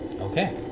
Okay